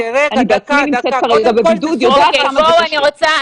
אני בעצמי נמצאת בבידוד, יודעת כמה זה קשה.